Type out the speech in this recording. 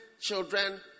children